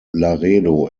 laredo